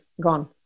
gone